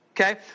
Okay